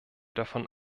davon